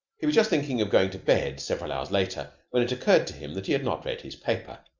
he was just thinking of going to bed several hours later, when it occurred to him that he had not read his paper.